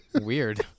Weird